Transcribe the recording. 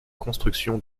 construction